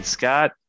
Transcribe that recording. Scott